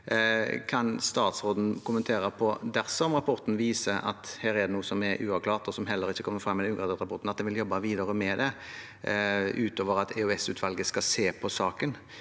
Kan statsråden kommentere på om en dersom rapporten viser at det er noe som er uavklart som heller ikke kommer frem i den ugraderte rapporten, vil jobbe videre med det, utover at EOS-utvalget skal se på saken?